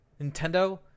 Nintendo